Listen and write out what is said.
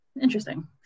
Interesting